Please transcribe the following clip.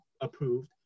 approved